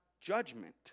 judgment